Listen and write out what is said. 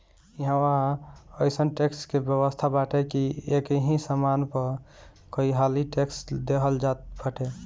इहवा अइसन टेक्स के व्यवस्था बाटे की एकही सामान पअ कईहाली टेक्स देहल जात बाटे